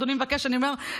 אדוני מבקש, אני אומרת.